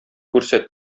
күрсәт